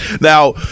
Now